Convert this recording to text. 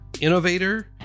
innovator